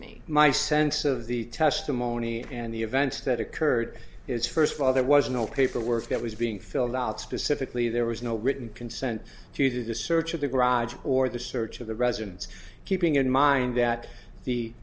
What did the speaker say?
me my sense of the testimony and the events that occurred is first of all there was no paperwork that was being filled out specifically there was no written consent to the search of the garage or the search of the residence keeping in mind that the